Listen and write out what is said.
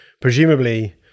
presumably-